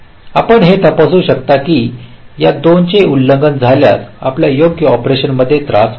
आपण हे तपासू शकता की या 2 चे उल्लंघन झाल्यास आपल्या योग्य ऑपरेशन मध्ये त्रास होईल